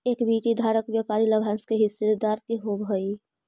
equity धारक व्यापारिक लाभांश के हिस्सेदार होवऽ हइ